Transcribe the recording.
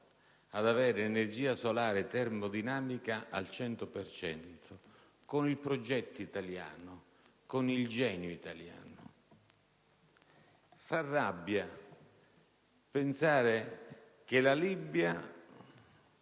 ad avere energia solare termodinamica al 100 per cento con progetto italiano, con il genio italiano. Fa rabbia pensare che la Libia